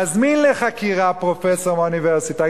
להזמין לחקירה פרופסור מהאוניברסיטה,